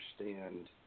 understand